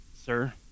Sir